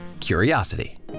Curiosity